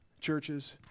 churches